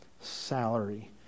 salary